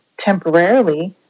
temporarily